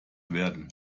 werden